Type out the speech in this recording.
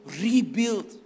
Rebuild